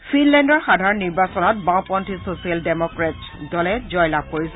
ফিনলেণ্ডৰ সাধাৰণ নিৰ্বাচনত বাওপন্থী ছ'চিয়েল ডেমক্ৰেটছ দলে জয়লাভ কৰিছে